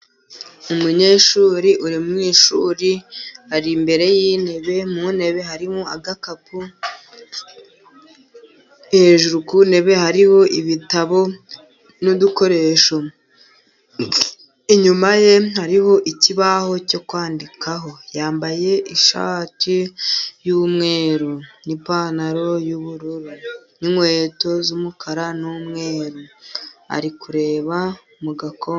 Umunyeshuri uri mu ishuri ari imbere y'intebe, mu ntebe harimo agakapu hejuru ku ntebe hariho ibitabo n'udukoresho, inyuma ye hariho ikibaho cyo kwandikaho, yambaye ishati y'umweru, n'ipantaro y'ubururu n'inkweto z'umukara n'umweru, ari kureba mu gako....